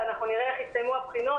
כי נראה איך יסתיימו הבחינות.